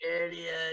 idiot